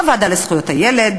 בוועדה לזכויות הילד,